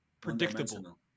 predictable